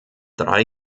drei